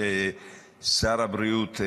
שר הבריאות,